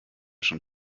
schon